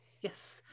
Yes